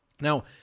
Now